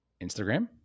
Instagram